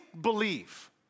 believe